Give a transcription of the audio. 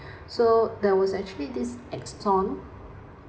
so there was actually this exxon